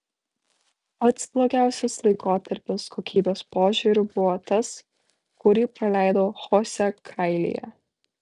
pats blogiausias laikotarpis kokybės požiūriu buvo tas kurį praleidau chosė kailyje